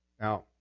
Now